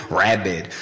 rabid